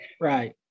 right